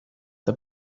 the